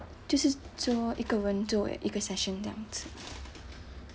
就是说一个人做一个 session 这样子